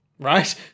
right